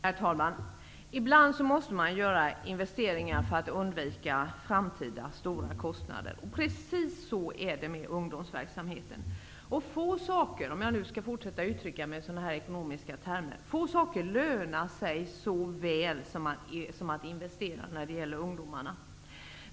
Herr talman! Ibland måste man göra investeringar för att undvika framtida stora kostnader. Precis så är det med ungdomsverksamheten. Få saker -- om jag nu skall fortsätta att uttrycka mig i ekonomiska termer -- lönar sig så väl som att investera när det gäller ungdomar.